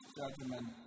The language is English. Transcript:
judgment